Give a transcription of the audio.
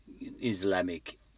Islamic